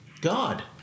God